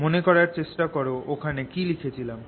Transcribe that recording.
মনে করার চেষ্টা কর ওখানে কি লিখেছিলাম